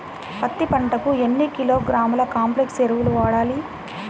పత్తి పంటకు ఎన్ని కిలోగ్రాముల కాంప్లెక్స్ ఎరువులు వాడాలి?